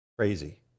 crazy